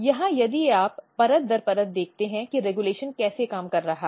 यहां यदि आप परत दर परत देखते हैं कि रेगुलेशन कैसे काम कर रहा है